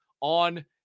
on